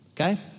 Okay